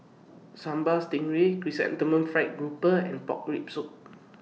Sambal Stingray Chrysanthemum Fried Grouper and Pork Rib Soup